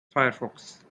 firefox